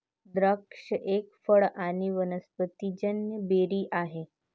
द्राक्ष एक फळ आणी वनस्पतिजन्य बेरी आहे